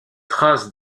traces